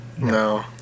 No